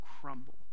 crumble